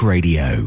Radio